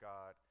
God